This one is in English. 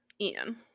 Ian